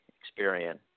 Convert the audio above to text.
experience